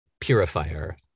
purifier